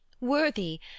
worthy